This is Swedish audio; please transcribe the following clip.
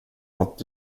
att